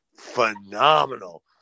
phenomenal